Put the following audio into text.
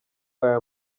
aya